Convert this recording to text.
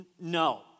No